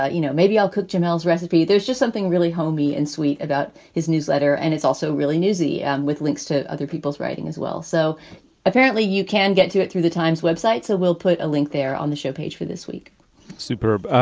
ah you know, maybe i'll cook janelle's recipe. there's just something really homey and sweet about his newsletter. and it's also really newsy and with links to other people's writing as well. so apparently you can get to it through the times website. so we'll put a link there on the show page for this week superb.